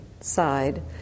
side